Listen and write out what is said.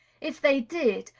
if they did,